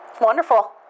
Wonderful